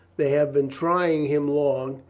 they have been trying him long.